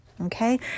Okay